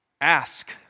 Ask